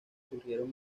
surgieron